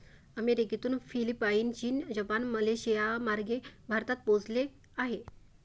अमेरिकेतून फिलिपाईन, चीन, जपान, मलेशियामार्गे भारतात पोहोचले आहे